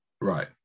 Right